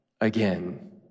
again